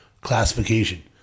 classification